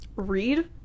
read